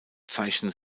zeichnen